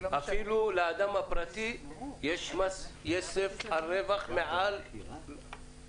שלא --- אפילו לאדם הפרטי יש מס יסף על רווח מעל תקרה מסוימת.